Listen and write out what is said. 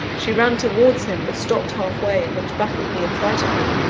she ran towards him but stopped halfway, and looked back at me affrightedly,